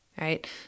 right